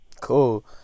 Cool